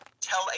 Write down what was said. Tell